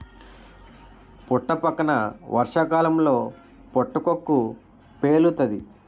పుట్టపక్కన వర్షాకాలంలో పుటకక్కు పేలుతాది